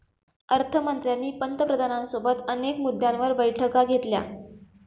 अर्थ मंत्र्यांनी पंतप्रधानांसोबत अनेक मुद्द्यांवर बैठका घेतल्या